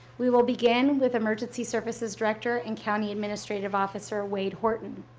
we will begin with emergency services director and county administrative officer wade horton.